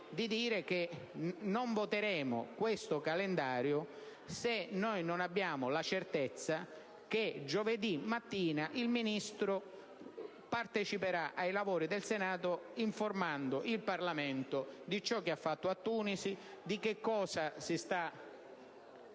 In sostanza, non voteremo questo calendario se non avremo la certezza che giovedì mattina il Ministro parteciperà ai lavori del Senato informando il Parlamento di ciò che ha fatto Tunisi e di quali